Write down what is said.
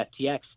FTX